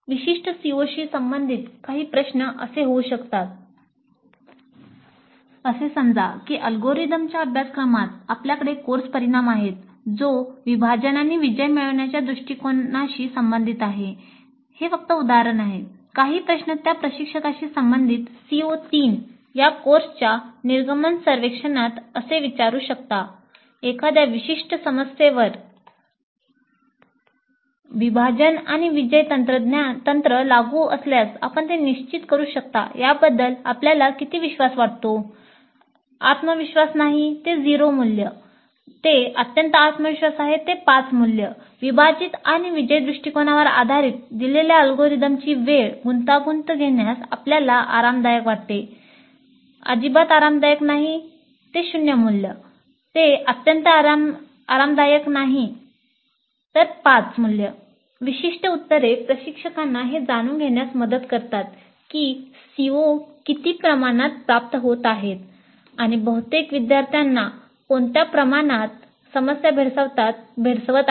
विशिष्ट COशी संबंधित काही प्रश्न असे होऊ शकतातः असे समजा की अल्गोरिदमच्या अभ्यासक्रमात आपल्याकडे कोर्स परिणाम आहे जो विभाजन आणि विजय मिळविण्याच्या दृष्टीकोनाशी संबंधित आहे विशिष्ट उत्तरे प्रशिक्षकांना हे जाणून घेण्यास मदत करतात की CO किती प्रमाणात प्राप्त होत आहेत आणि बहुतेक विद्यार्थ्यांना कोणत्या प्रमाणात सामान्य समस्या भेडसावत आहेत